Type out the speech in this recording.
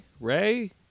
Ray